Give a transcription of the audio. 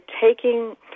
taking